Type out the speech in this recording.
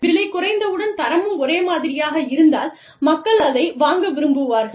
விலை குறைந்தவுடன் தரமும் ஒரே மாதிரியாக இருந்தால் மக்கள் அதை வாங்க விரும்புவார்கள்